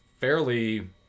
fairly